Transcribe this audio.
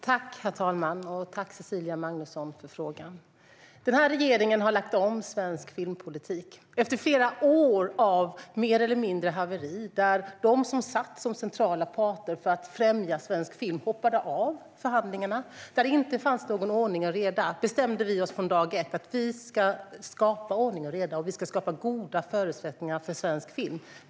Herr talman! Tack, Cecilia Magnusson, för frågan! Den här regeringen har lagt om svensk filmpolitik efter flera år av mer eller mindre haverier där centrala parter för att främja svensk film hoppade av förhandlingarna. Det fanns inte någon ordning och reda. Från dag ett bestämde vi oss för att skapa ordning och reda och goda förutsättningar för svensk film.